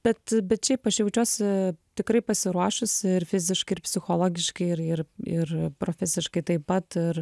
bet bet šiaip aš jaučiuosi tikrai pasiruošusi ir fiziškai ir psichologiškai ir ir ir profesiškai taip pat ir